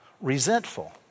resentful